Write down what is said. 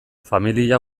familia